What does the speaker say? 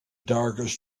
darkest